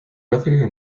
earlier